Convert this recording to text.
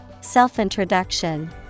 Self-introduction